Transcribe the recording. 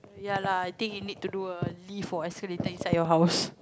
ya lah I think he need to do a lift or escalator inside your house